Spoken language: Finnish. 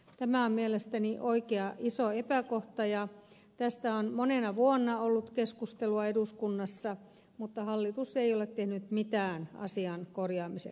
tämä on mielestäni oikea iso epäkohta ja tästä on monena vuonna ollut keskustelua eduskunnassa mutta hallitus ei ole tehnyt mitään asian korjaamiseksi